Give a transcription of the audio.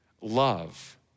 love